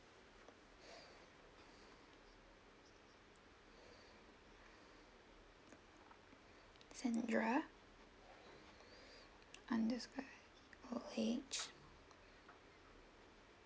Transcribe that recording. sandra underscore H